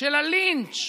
של הלינץ'